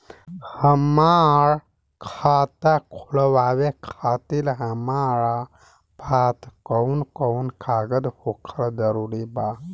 हमार खाता खोलवावे खातिर हमरा पास कऊन कऊन कागज होखल जरूरी बा?